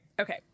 okay